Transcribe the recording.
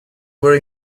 were